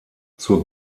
zur